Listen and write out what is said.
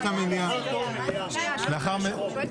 הסיום